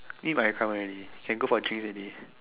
I think can come out already can go for drinks already